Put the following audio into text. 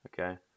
Okay